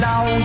Now